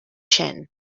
chin